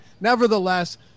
nevertheless